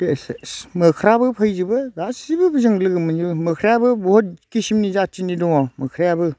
बे मोख्राबो फैजोबो गासिबो जों लोगो मोनजोबो मोख्रायाबो बहुद खिसोमनि जाथिनि दङ मोख्रायाबो